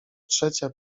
trzecia